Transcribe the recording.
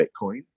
Bitcoin